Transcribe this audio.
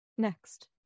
Next